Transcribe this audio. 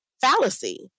fallacy